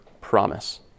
promise